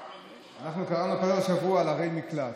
אנחנו קראנו בפרשת השבוע על ערי מקלט,